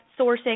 sourcing